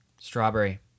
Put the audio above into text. Strawberry